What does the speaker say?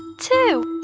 two